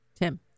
tim